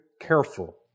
careful